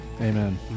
Amen